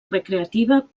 recreativa